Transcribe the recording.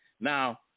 Now